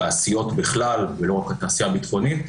התעשיות בכלל ולא רק התעשייה הביטחונית,